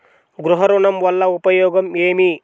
గృహ ఋణం వల్ల ఉపయోగం ఏమి?